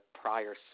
prior